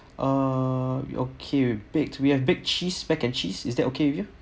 uh okay we have baked cheese baked mac and cheese is that okay with you